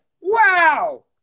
Wow